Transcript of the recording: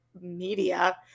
media